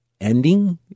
ending